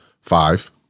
Five